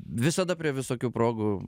visada prie visokių progų